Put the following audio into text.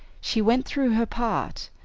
she went through her part,